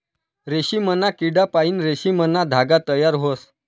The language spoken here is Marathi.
रेशीमना किडापाईन रेशीमना धागा तयार व्हस